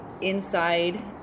inside